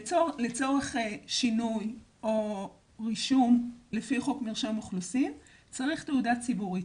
לצורך שינוי או רישום לפי חוק מרשם האוכלוסין צריך תעודה ציבורית,